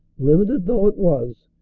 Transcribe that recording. limited though it was,